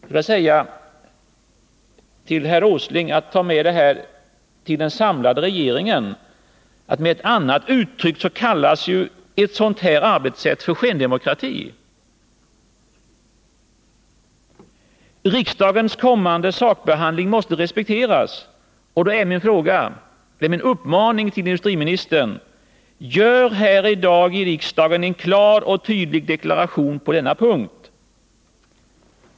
Jag skulle vilja be herr Åsling att ta med de här synpunkterna till den samlade regeringen. Med ett annat uttryck kallas ett sådant här arbetssätt för skendemokrati. Riksdagens kommande sakbehandling måste respekteras. Jag uppmanar industriministern: Gör här i dag i riksdagen en klar och tydlig deklaration på denna punkt!